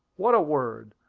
what a word!